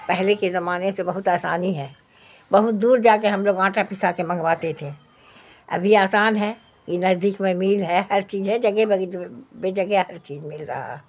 پہلے کے زمانے سے بہت آسانی ہے بہت دور جا کے ہم لوگ آٹا پیسا کے منگواتے تھے ابھی آسان ہے ای نزدیک میں میل ہے ہر چیز ہے جگہ بہ جگہ ہر چیز مل رہا ہے